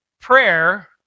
prayer